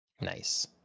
Nice